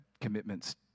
commitments